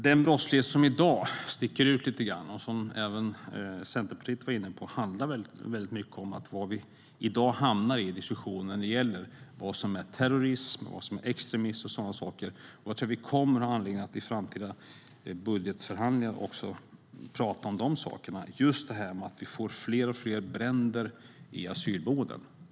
Den brottslighet som sticker ut lite grann i dag, vilket även Centerpartiet var inne på, handlar mycket om att vi hamnar i diskussionen om vad som är terrorism, extremism och sådana saker. Vi kommer att få anledning att i framtida budgetförhandlingar prata om saker som att vi får allt fler bränder i asylboenden.